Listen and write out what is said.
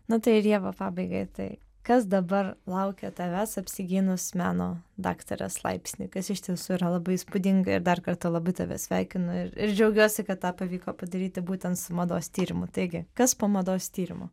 na tai ir ieva pabaigai tai kas dabar laukia tavęs apsigynus meno daktarės laipsnį kas iš tiesų yra labai įspūdinga ir dar kartą labai tave sveikinu ir ir džiaugiuosi kad tą pavyko padaryti būtent su mados tyrimu taigi kas po mados tyrimų